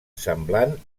semblant